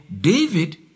David